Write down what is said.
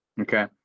Okay